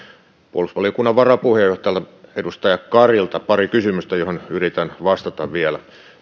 puolustusvaliokunnan varapuheenjohtajalta edustaja karilta pari kysymystä joihin yritän vastata vielä